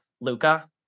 Luca